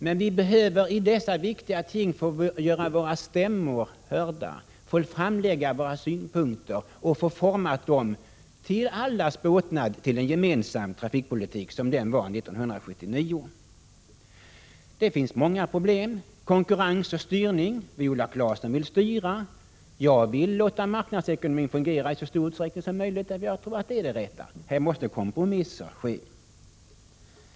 Men vi behöver när det gäller vissa viktiga ting få göra våra stämmor hörda, få framlägga våra synpunkter, så att det till allas båtnad kan åstadkommas en gemensam trafikpolitik i likhet med 1979 års. Det finns många problem — konkurrens och styrning. Viola Claesson vill styra, men jag vill låta marknadsekonomin fungera i så stor utsträckning som möjligt, dvs. där jag tror att den är lämplig. Här måste det bli kompromisser.